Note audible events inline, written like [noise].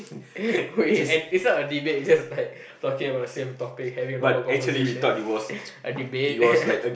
[breath] wait and is not a debate is just like talking about the same topic having a normal conversation a debate [laughs]